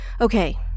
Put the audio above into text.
Okay